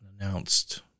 unannounced